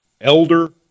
elder